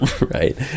Right